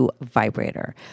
vibrator